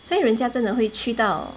所以人家真的会去到